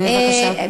בבקשה.